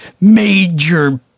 major